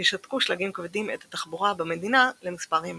ישתקו שלגים כבדים את התחבורה במדינה למספר ימים.